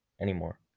anymore